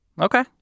okay